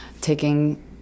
taking